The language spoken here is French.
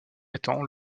attend